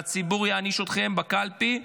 והציבור יעניש אתכם בקלפי.